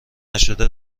نشده